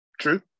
true